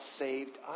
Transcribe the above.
saved